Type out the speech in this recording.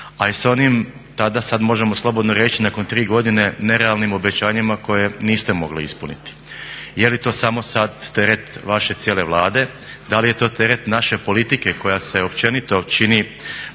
a i s onim tada sada možemo slobodno reći nakon tri godine nerealnim obećanjima koja niste mogli ispuniti. Jeli to samo sada teret vaše cijele Vlade, da li je to teret naše politike koja se općenito čini